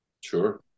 sure